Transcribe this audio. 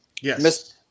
Yes